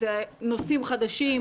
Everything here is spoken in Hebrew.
אלה נושאים חדשים,